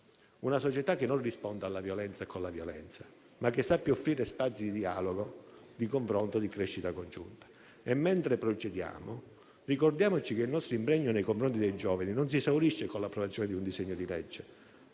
Una società che non risponda alla violenza con la violenza, ma che sappia offrire spazi di dialogo, di confronto, di crescita congiunta. E mentre procediamo ricordiamoci che il nostro impegno nei confronti dei giovani non si esaurisce con l'approvazione di un disegno di legge.